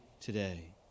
today